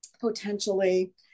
potentially